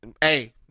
Hey